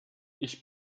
ich